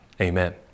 Amen